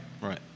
Right